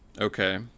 Okay